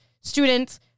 students